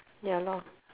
ya lor